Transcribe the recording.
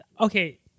Okay